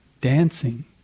dancing